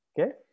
Okay